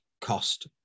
cost